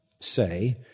say